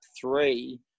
three